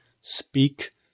speak